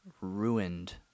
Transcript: ruined